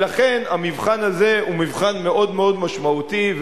ולכן המבחן הזה הוא מבחן מאוד מאוד משמעותי,